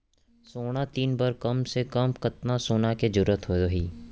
सोना ऋण बर कम से कम कतना सोना के जरूरत होही??